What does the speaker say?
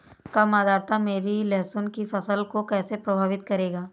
कम आर्द्रता मेरी लहसुन की फसल को कैसे प्रभावित करेगा?